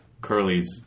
Curly's